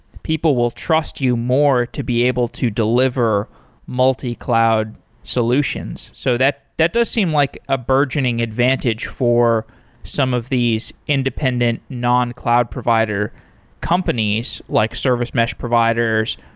people will trust you more to be able to deliver multi-cloud solutions. so that that does seem like a burgeoning advantage for some of these independent non-cloud provider companies, like service mesh providers,